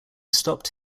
stopped